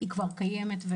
היכולת הזאת כבר קיימת,